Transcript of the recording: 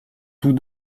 tous